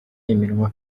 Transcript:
iminwa